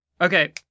Okay